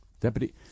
Deputy